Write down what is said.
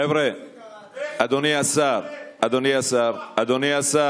חבריא, תקשיבו, שיבש חקירה כראש אגף החקירות.